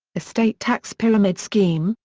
estate tax pyramid scheme,